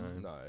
No